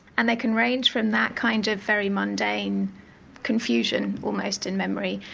and it can range from that kind of very mundane confusion, almost in memory,